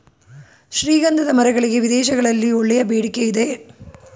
ಶ್ರೀಗಂಧದ ಮರಗಳಿಗೆ ವಿದೇಶಗಳಲ್ಲಿ ಒಳ್ಳೆಯ ಬೇಡಿಕೆ ಇದೆ